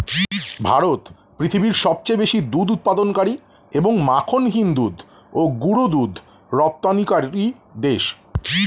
ভারত পৃথিবীর সবচেয়ে বেশি দুধ উৎপাদনকারী এবং মাখনহীন দুধ ও গুঁড়ো দুধ রপ্তানিকারী দেশ